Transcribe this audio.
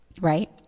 Right